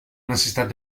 necessitat